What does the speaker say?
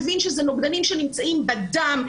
מבין שאלה נוגדנים שנמצאים בדם,